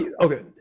okay